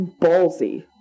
ballsy